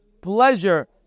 Pleasure